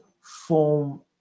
form